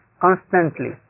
Constantly